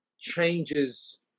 changes